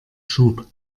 schub